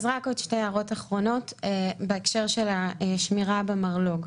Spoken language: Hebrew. רק עוד שתי הערות אחרונות בהקשר של השמירה במרלוג.